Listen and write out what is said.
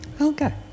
Okay